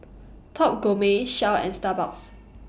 Top Gourmet Shell and Starbucks